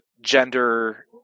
gender